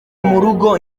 murugo